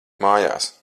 mājās